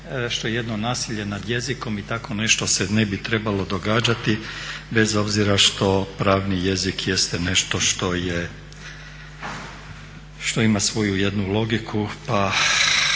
što je jedno nasilje nad jezikom i tako nešto se ne bi trebalo događati bez obzira što pravni jezik jeste nešto što ima svoju jednu logiku